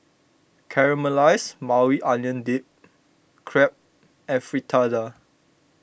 Caramelized Maui Onion Dip Crepe and Fritada